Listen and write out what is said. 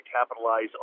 capitalize